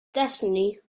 destiny